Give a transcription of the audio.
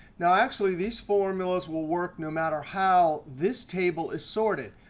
now actually, these formulas will work no matter how this table is sorted.